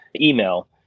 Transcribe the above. email